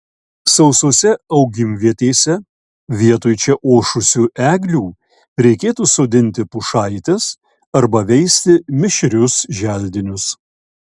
sausose augimvietėse vietoj čia ošusių eglių reikėtų sodinti pušaites arba veisti mišrius želdinius